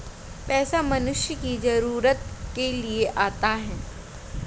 पैसा मनुष्य की जरूरत के लिए आता है